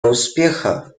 успеха